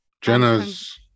Jenna's